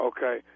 Okay